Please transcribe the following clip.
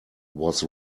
was